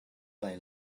lai